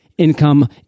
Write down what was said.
income